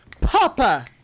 Papa